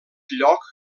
lloc